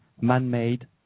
man-made